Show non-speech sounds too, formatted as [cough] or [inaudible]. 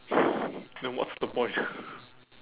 [breath] then what's the point